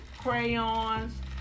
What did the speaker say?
crayons